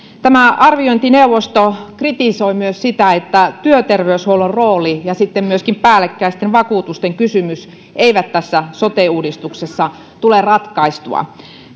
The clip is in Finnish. arviointineuvosto kritisoi myös sitä että työterveyshuollon rooli ja myöskään päällekkäisten vakuutusten kysymys eivät tässä sote uudistuksessa tule ratkaistua